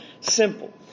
simple